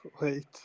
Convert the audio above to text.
wait